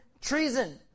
Treason